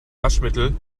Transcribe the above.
waschmittel